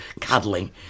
cuddling